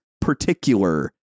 particular